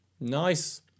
Nice